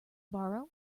borrow